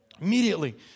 Immediately